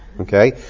Okay